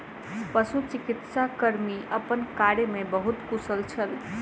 पशुचिकित्सा कर्मी अपन कार्य में बहुत कुशल छल